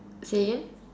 say again